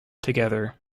together